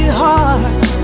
heart